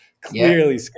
clearly